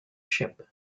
ship